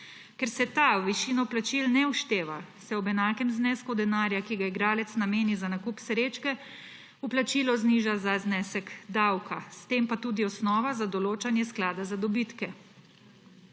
Ker se ta v višino vplačil ne všteva, se ob enakem znesku denarja, ki ga igralec nameni za nakup srečke, vplačilo zniža za znesek davka, s tem pa tudi osnova za določanje sklada za dobitke.